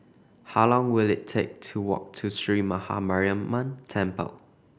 how long will it take to walk to Sree Maha Mariamman Temple